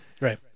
Right